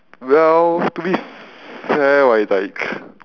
well to be fair right like